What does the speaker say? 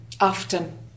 often